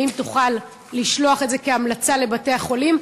האם תוכל לשלוח את זה כהמלצה לבתי-החולים?